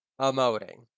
emoting